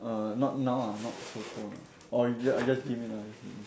err not now ah not so soon or you just just give me now